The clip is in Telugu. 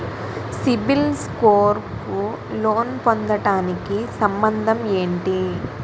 సిబిల్ స్కోర్ కు లోన్ పొందటానికి సంబంధం ఏంటి?